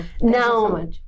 Now